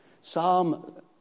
Psalm